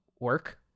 work